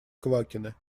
квакина